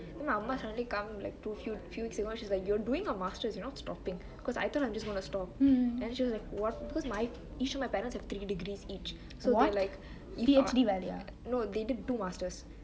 then my அம்மா:amma suddenly come like two two and she's like you're doing a masters you're not stopping cause I tell her I'm just going to stop then she was like what because each of my parents have three degrees each no they did two masters